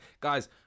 guys